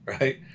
right